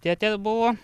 tėtė buvo